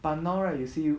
but now right you see